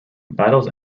battles